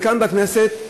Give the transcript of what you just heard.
וכאן בכנסת,